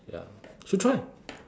ya should try